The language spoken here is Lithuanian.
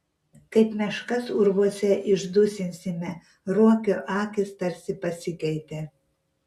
kaip meškas urvuose išdusinsime ruokio akys tarsi pasikeitė